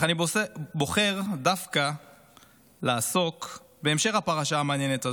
אך אני בוחר דווקא לעסוק בהמשך הפרשה המעניינת הזאת,